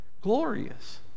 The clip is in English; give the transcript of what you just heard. glorious